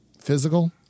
physical